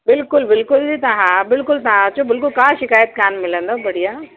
बिल्कुलु बिल्कुलु तव्हां बिल्कुलु तव्हां अचो बिल्कुलु का शिकायत कान मिलंदव बढ़िया